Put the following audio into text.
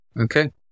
okay